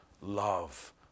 love